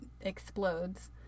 explodes